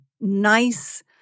nice